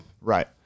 Right